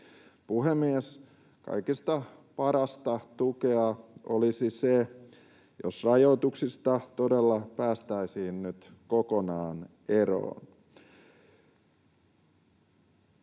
Puhemies! Kaikista parasta tukea olisi se, jos rajoituksista todella päästäisiin nyt kokonaan eroon.